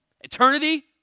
Eternity